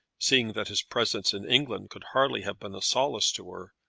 seeing that his presence in england could hardly have been a solace to her,